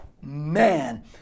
Man